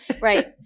right